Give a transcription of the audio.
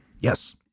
Yes